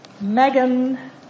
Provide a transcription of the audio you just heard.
Megan